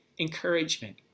encouragement